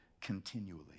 continually